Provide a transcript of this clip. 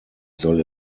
soll